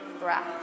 breath